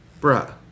bruh